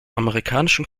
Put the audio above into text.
amerikanischen